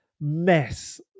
mess